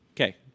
Okay